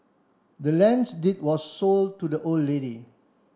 the land's deed was sold to the old lady